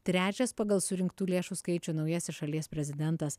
trečias pagal surinktų lėšų skaičių naujasis šalies prezidentas